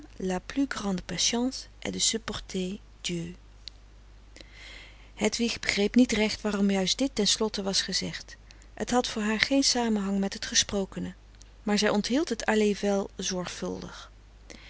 est de supporter dieu hedwig begreep niet recht waarom juist dit ten slotte was gezegd het had voor haar geen samenhang met het gesprokene maar zij onthield het alével zorgvuldig